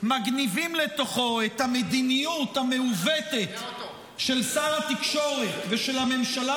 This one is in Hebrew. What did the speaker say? מגניבים לתוכו את המדיניות המעוותת של שר התקשורת ושל הממשלה